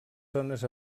zones